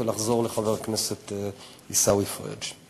ונחזור לחבר הכנסת עיסאווי פריג'.